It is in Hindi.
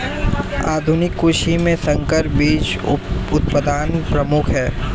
आधुनिक कृषि में संकर बीज उत्पादन प्रमुख है